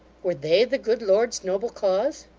were they the good lord's noble cause!